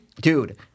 Dude